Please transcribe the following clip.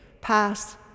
pass